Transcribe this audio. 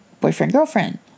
boyfriend-girlfriend